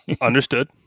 Understood